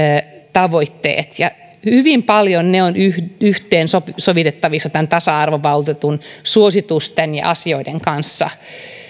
tavoitteet ja hyvin paljon ne ovat yhteensovitettavissa tämän tasa arvovaltuutetun suositusten ja asioiden kanssa